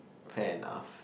PayNow